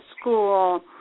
school